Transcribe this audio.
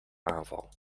aanval